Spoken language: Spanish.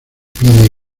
pide